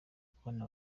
kubona